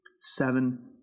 seven